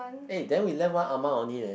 eh then we left one ah ma only leh